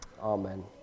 Amen